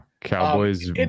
Cowboys